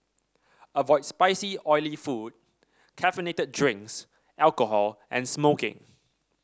avoid spicy oily food caffeinated drinks alcohol and smoking